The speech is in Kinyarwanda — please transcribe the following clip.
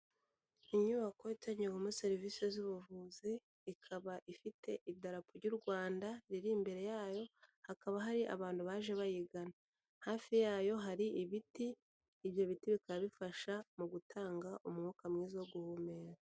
Inyubako itangirwamo serivisi z'ubuvuzi, ikaba ifite idarapo ry'u Rwanda riri imbere yayo, hakaba hari abantu baje bayigana, hafi yayo hari ibiti, ibyo biti bikaba bifasha mu gutanga umwuka mwiza wo guhumeka.